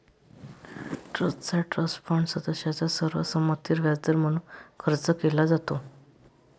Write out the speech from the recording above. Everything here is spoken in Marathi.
ट्रस्टचा ट्रस्ट फंड सदस्यांच्या सर्व संमतीवर व्याजदर म्हणून खर्च केला जातो